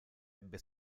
ebbe